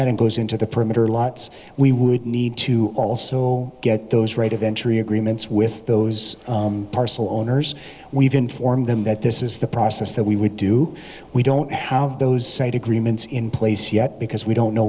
that and goes into the perimeter lots we would need to also get those right of entry agreements with those parcel owners we've informed them that this is the process that we would do we don't have those side agreements in place yet because we don't know